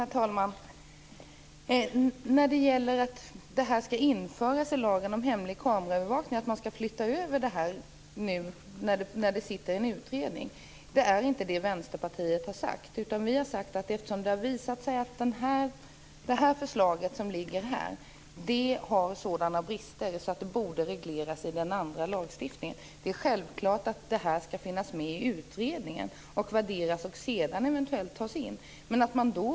Herr talman! Vänsterpartiet har inte sagt att det här skall flyttas över till lagen om hemlig kameraövervakning, som det pågår en utredning om. Vi har sagt att eftersom det har visat sig att det föreliggande förslaget har sådana brister att detta borde regleras i den andra lagstiftningen, är det självklart att det här skall finnas med i utredningen och värderas för att sedan eventuellt tas in.